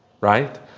right